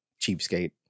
cheapskate